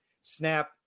snap